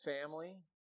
family